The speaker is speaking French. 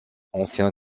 ancien